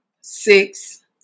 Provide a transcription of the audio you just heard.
six